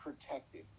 protected